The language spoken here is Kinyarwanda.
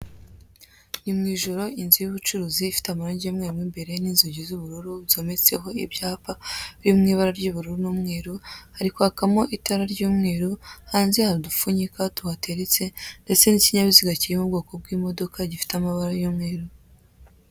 Ni mu ijoro inzu y'ubucuruzi ifite amarangi y'umweru mo imbere n'inzugi z'ubururu byometseho ibyapa, biri mu ibara ry'ubururu n'umweru, hari kwakamo itara ry'umweru, hanze hari udupfunyika tuhateretse, ndetse n'ikinyabiziga cyiri mu bwoko bw'imodoka, gifite amabara y'umweru.